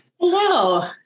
Hello